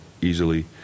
easily